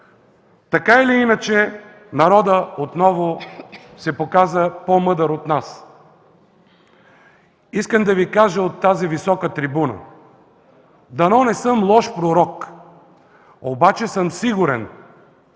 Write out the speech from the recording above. Така или иначе, народът отново се оказа по-мъдър от нас. Искам да Ви кажа от тази висока трибуна: дано да не съм лош пророк, но съм сигурен,